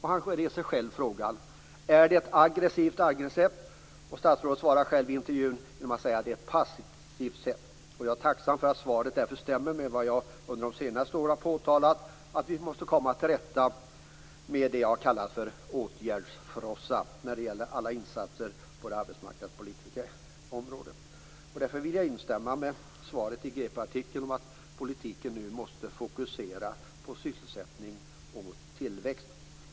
Han reser själv frågan: Är det ett aggressivt angreppssätt? Statsrådet svarar i intervjun: Det är ett passivt sätt. Jag är tacksam för att detta svar därmed stämmer med det som jag under de senaste åren har påtalat; att vi måste komma till rätta med det jag kallar för "åtgärdsfrossa" när det gäller alla insatser på det arbetsmarknadspolitiska området. Därför vill jag instämma med svaret i GP-artikeln om att politiken nu måste fokuseras på sysselsättning och tillväxt.